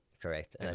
Correct